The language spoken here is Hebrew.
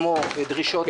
כמו דרישות מקצועיות.